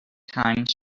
times